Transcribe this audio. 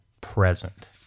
present